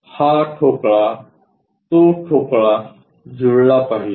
हा ठोकळातो ठोकळा जुळला पाहिजे